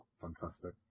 Fantastic